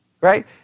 Right